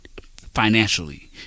Financially